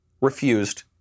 refused